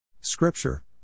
Scripture